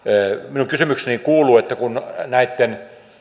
minun kysymykseni kuuluu kun näitten